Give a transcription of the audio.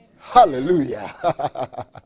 Hallelujah